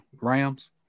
Rams